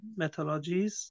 methodologies